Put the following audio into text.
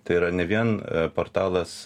tai yra ne vien portalas